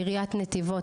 עריית נתיבות,